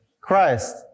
Christ